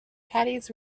caddies